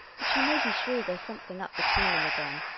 but you may be sure there's something up between them again,